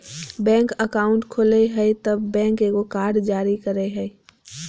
bank account खोलय हइ तब बैंक एगो कार्ड जारी करय हइ